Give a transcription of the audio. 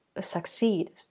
succeed